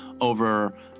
over